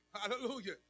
Hallelujah